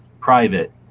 private